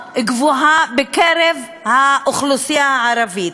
גבוהה מאוד בקרב האוכלוסייה הערבית,